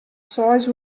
seis